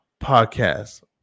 Podcast